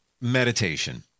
meditation